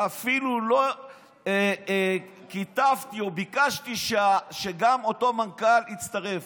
ואפילו לא כיתבתי או ביקשתי שגם אותו מנכ"ל יצטרף.